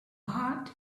heart